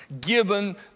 given